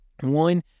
one